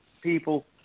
people